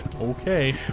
Okay